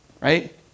right